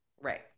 Right